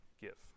give